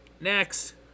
Next